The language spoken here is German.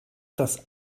das